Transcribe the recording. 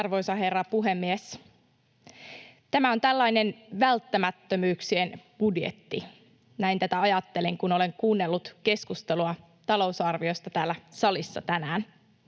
Arvoisa herra puhemies! Tämä on tällainen välttämättömyyksien budjetti, näin tätä ajattelin, kun olen kuunnellut keskustelua talousarviosta täällä salissa tänään.